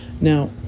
Now